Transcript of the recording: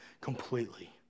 completely